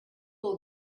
will